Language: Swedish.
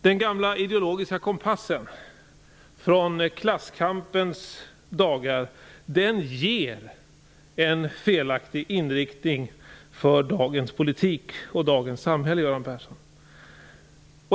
Den gamla ideologiska kompassen från klasskampens dagar ger en felaktig inriktning åt dagens politik och dagens samhälle, Göran Persson!